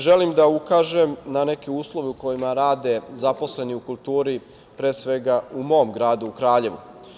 Želim da ukažem na neke uslove u kojima rade zaposleni u kulturi, pre svega, u mom gradu, u Kraljevu.